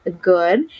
good